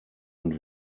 und